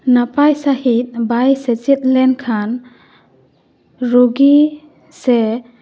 ᱱᱟᱯᱟᱭ ᱥᱟᱺᱦᱤᱡ ᱵᱟᱭ ᱥᱮᱪᱮᱫ ᱞᱮᱱᱠᱷᱟᱱ ᱨᱳᱜᱤ ᱥᱮ